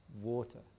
water